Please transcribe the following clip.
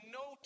no